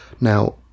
Now